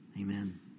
Amen